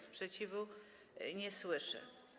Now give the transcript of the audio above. Sprzeciwu nie słyszę.